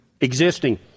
existing